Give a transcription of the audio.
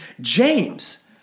James